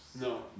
No